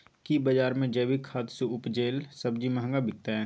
की बजार मे जैविक खाद सॅ उपजेल सब्जी महंगा बिकतै?